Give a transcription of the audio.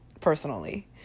personally